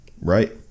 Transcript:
Right